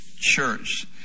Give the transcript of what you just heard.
church